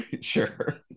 sure